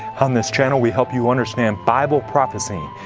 on this channel, we help you understand bible prophecy,